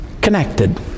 connected